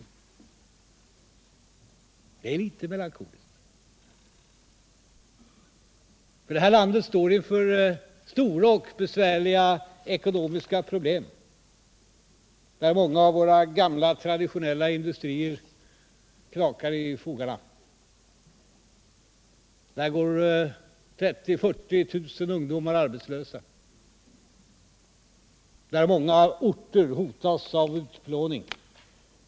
Det är litet melankoliskt. Det här landet står inför stora och besvärliga ekonomiska problem. Många av våra gamla, traditionella industrier knakar i fogarna, 30 000-40 000 ungdomar går arbetslösa, många orter hotas av utplåning.